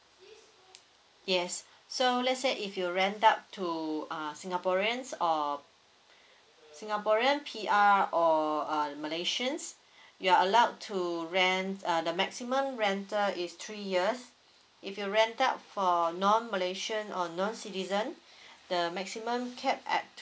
yes so let's say if you rent out to err singaporeans or singaporean P_R or err malaysians you're allowed to rent err the maximum rental is three years if you rent out for non malaysian or non citizen the maximum cap at